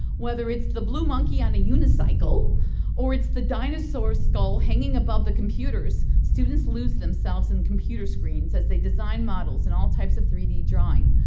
whether it's the blue monkey on a unicycle or it's the dinosaur skull hanging above the computers, students lose themselves in computer screens, as they design models in all types of three d drawing.